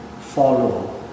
follow